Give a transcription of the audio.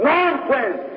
Nonsense